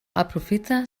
aprofita